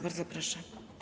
Bardzo proszę.